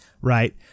right